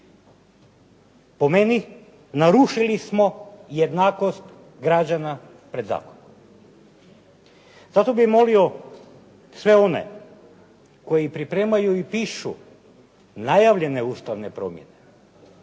Po meni, narušili smo jednakost građana pred zakonom. Zato bih molio sve one koji pripremaju i pišu najavljene ustavne promjene